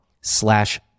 slash